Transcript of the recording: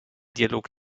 dialog